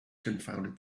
confounded